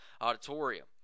Auditorium